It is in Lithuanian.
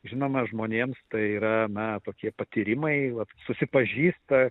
žinoma žmonėms tai yra na tokie patyrimai vat susipažįsta